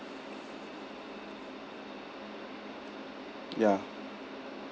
ya